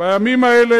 בימים האלה,